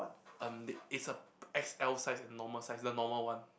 um it's a X_L size and normal size the normal one